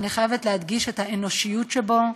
אני חייבת להדגיש את האנושיות שבו,